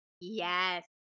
Yes